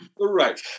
right